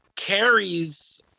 carries